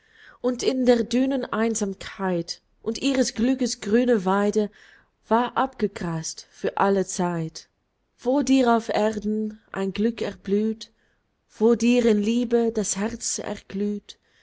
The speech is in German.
und in der düneneinsamkeit und ihres glückes grüne weide war abgegrast für alle zeit wo dir auf erden ein glück erblüht wo dir in liebe das herz erglüht